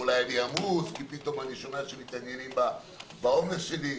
או אם אני עמוס כי פתאום אני שומע שמתעניינים בעומס שלי.